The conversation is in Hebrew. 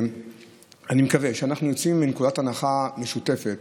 אני מקווה שאנחנו יוצאים מנקודת הנחה משותפת